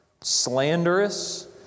slanderous